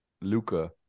Luca